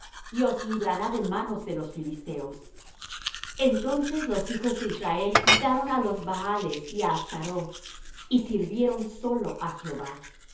y os librará de mano de los filisteos entonces los hijos de israel quitaron á los baales y á astaroth y sirvieron á solo jehová